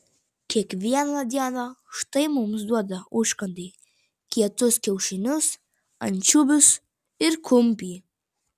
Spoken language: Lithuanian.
kiekvieną dieną štai mums duoda užkandai kietus kiaušinius ančiuvius ir kumpį